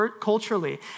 culturally